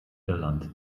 irland